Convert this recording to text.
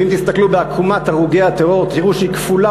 ואם תסתכלו בעקומת הרוגי הטרור תראו שהיא כפולה